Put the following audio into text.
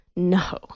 No